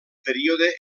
període